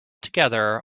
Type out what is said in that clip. together